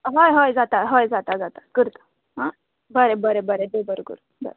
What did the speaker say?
हय हय जाता हय जाता जाता करता आं बरें बरें देव बरो कोरूं चल